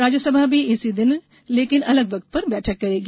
राज्यसभा भी इसी दिन लेकिन अलग वक्त बैठक करेगी